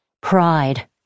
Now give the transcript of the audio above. Pride